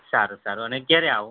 સારું સારું અને ક્યારે આવું